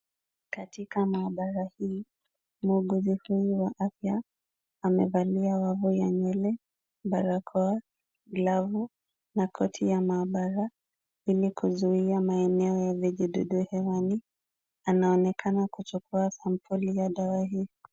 Katika maabara hii, muuguzi huyu wa afya amevalia wavu ya nywele, barakoa, glavu na koti ya maabara ili kuzuia maeneo ya vijidudu hewani. Anaonekana kuchukua sampuli ya dawa hii.